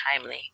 timely